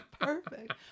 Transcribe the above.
perfect